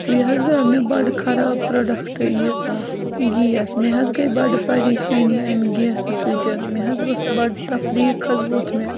یہِ حظ درٛاو مےٚ بَڑٕ خراب پرٛوڈَکٹ یہِ گیس مےٚ حظ گٔے بَڑٕ پَریشٲنی اَمہِ گٮ۪سہٕ سۭتۍ مےٚ حظ ؤژھ بَڑٕ تفریٖخ حظ ووٚتھ مےٚ